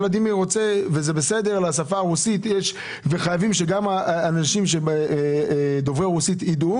ולדימיר וזה בסדר גמור כי אכן חייבים שגם דוברי הרוסית ידעו